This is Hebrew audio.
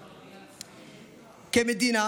כמדינה,